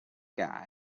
guy